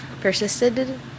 Persisted